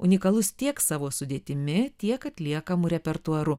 unikalus tiek savo sudėtimi tiek atliekamu repertuaru